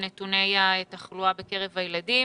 לנתוני התחלואה בקרב הילדים.